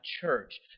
church